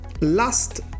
last